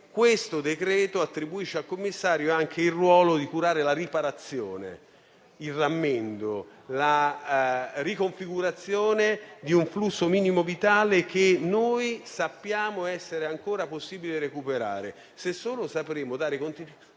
questo decreto-legge attribuisce al commissario anche il ruolo di curare la riparazione, il rammendo, la riconfigurazione di un flusso minimo vitale che sappiamo essere ancora possibile recuperare,